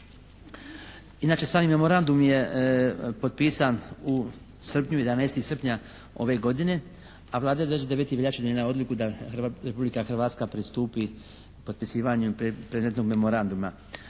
Inače sami memorandum je potpisan u srpnju, 11. srpnja ove godine a Vlada je 29. veljače donijela odluku da Republika Hrvatska pristupi potpisivanju predmetnog memoranduma.